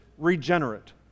regenerate